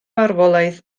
farwolaeth